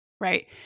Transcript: Right